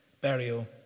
burial